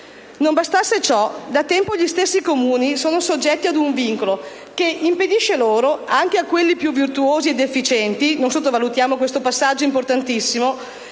Non bastasse ciò, da tempo gli stessi Comuni sono soggetti ad un vincolo che impedisce loro, anche a quelli più virtuosi ed efficienti (non sottovalutiamo questo passaggio importantissimo),